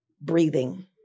breathing